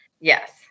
Yes